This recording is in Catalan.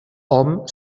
hom